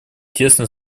тесно